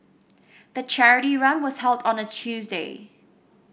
the charity run was held on a Tuesday